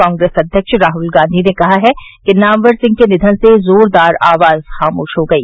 कांग्रेस अध्यक्ष राहल गांधी ने कहा है कि नामवर सिंह के निधन से जोरदार आवाज खामोश हो गई